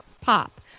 pop